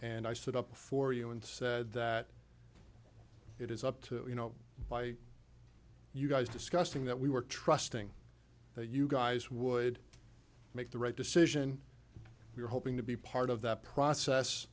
and i stood up for you and said that it is up to you know by you guys discussing that we were trusting that you guys would make the right decision we're hoping to be part of that process